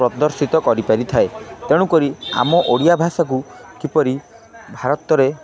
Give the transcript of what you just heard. ପ୍ରଦର୍ଶିତ କରିପାରିଥାଏ ତେଣୁକରି ଆମ ଓଡ଼ିଆ ଭାଷାକୁ କିପରି ଭାରତରେ